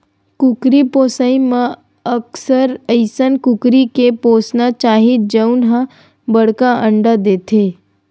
कुकरी पोसइ म अक्सर अइसन कुकरी के पोसना चाही जउन ह बड़का अंडा देथे